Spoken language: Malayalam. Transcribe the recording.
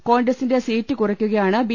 കോൺഗ്രസിന്റെ സീറ്റ് കുറയ്ക്കുകയാണ് ബി